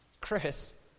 Chris